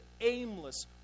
aimless